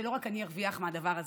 כדי שלא רק אני ארוויח מהדבר הזה.